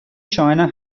china